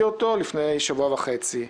לפני שבוע וחצי.